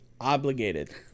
obligated